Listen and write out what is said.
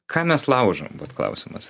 ką mes laužom vat klausimas